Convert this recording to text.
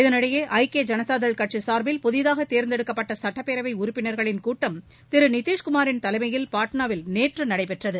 இதனிடையே ஐக்கிய ஜனதாதள் கட்சி சார்பில் புதிதாக தேர்ந்தெடுக்கப்பட்ட சட்டப்பேரவை உறுப்பினர்களின் கூட்டம் திரு நிதீஷ்குமாரின் தலைமையில் பாட்னாவில் நேற்று நடைபெற்றது